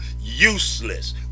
useless